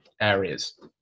areas